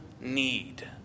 need